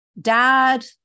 dad